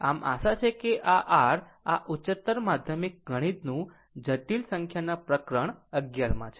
આમ આશા છે કે આ r આ ઉચ્ચતર માધ્યમિક ગણિતનું જટિલ સંખ્યાના પ્રકરણ 11 માં છે